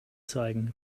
zeigen